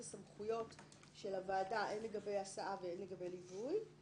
הסמכויות של הוועדה הן לגבי הסעה והן לגבי ליווי.